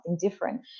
different